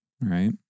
Right